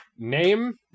Name